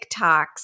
TikToks